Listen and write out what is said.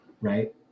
right